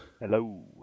Hello